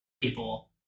people